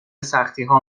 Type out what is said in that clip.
سختیها